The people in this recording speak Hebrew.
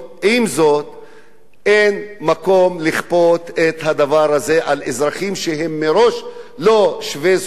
אין מקום לכפות את הדבר הזה על אזרחים שהם מראש לא שווי זכויות,